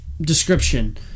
description